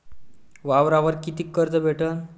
वावरावर कितीक कर्ज भेटन?